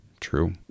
true